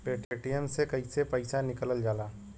Paytm से कैसे पैसा निकलल जाला?